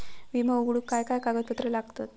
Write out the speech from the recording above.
विमो उघडूक काय काय कागदपत्र लागतत?